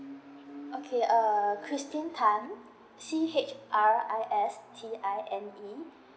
okay uh christine tan C H R I S T I N E